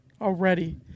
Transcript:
already